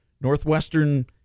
Northwestern